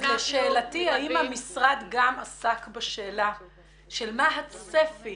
אני שואלת האם המשרד גם עסק בשאלה של מה הצפי